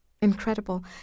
Incredible